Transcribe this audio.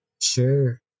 Sure